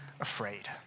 afraid